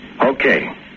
Okay